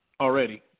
already